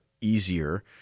easier